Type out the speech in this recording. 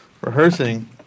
rehearsing